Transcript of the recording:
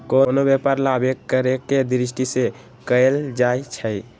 कोनो व्यापार लाभे करेके दृष्टि से कएल जाइ छइ